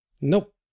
Nope